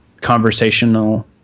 conversational